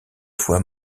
fois